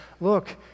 look